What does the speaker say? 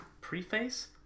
preface